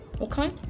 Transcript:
okay